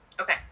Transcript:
okay